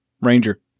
Ranger